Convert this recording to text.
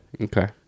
Okay